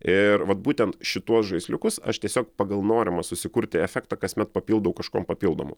ir vat būtent šituos žaisliukus aš tiesiog pagal norimą susikurti efektą kasmet papildau kažkuom papildomu